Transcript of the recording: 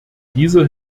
dieser